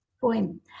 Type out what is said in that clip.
poem